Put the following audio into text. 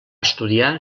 estudiar